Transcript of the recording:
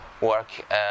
work